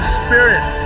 spirit